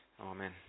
Amen